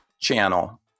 channel